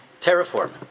terraform